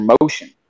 motion